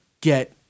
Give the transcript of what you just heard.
get